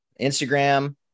Instagram